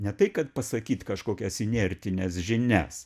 ne tai kad pasakyt kažkokias inertines žinias